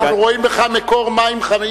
אנחנו רואים בך מקור מים חיים,